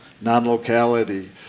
non-locality